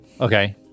okay